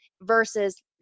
versus